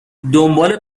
دنبال